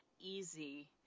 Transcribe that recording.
easy